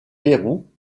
pérou